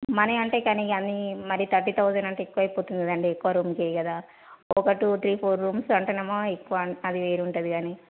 money అంటే కానీ కానీ మరీ థర్టీ థౌసండ్ అంటే ఎక్కువ ఎక్కువ అయిపోతుంది కదండి ఒక రూమ్కు కదా ఒక టూ త్రీ ఫోర్ రూమ్స్ అంటే ఏమో ఎక్కువ అది వేరు ఉంటుంది కానీ